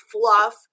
fluff